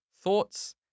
Thoughts